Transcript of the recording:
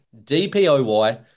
DPOY